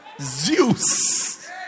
Zeus